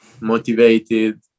motivated